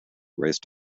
raised